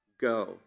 go